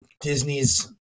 Disney's